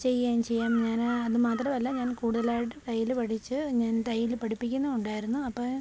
ചെയ്യേം ചെയ്യാം ഞാന് അതു മാത്രമല്ല ഞാൻ കൂടുതലായിട്ട് തയ്യല് പഠിച്ച് ഞാൻ തയ്യല് പഠിപ്പിക്കുന്നും ഉണ്ടായിരുന്നു അപ്പോള്